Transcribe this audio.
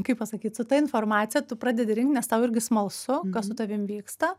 kaip pasakyt su ta informacija tu pradedi rinkt nes tau irgi smalsu kas su tavim vyksta